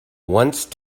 once